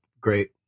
great